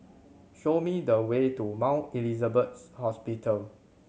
show me the way to Mount Elizabeth Hospital